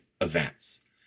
events